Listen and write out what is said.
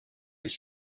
les